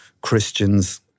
Christians